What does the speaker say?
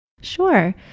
Sure